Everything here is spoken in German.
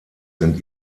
sind